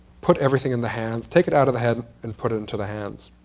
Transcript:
put everything in the hands, take it out of the head, and put it into the hands.